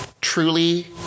truly